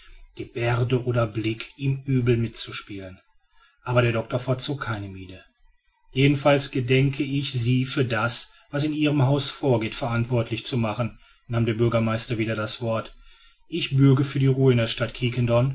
geberde oder blick ihm übel mitzuspielen aber der doctor verzog keine miene jedenfalls gedenke ich sie für das was in ihrem hause vorgeht verantwortlich zu machen nahm der bürgermeister wieder das wort ich bürge für die ruhe der stadt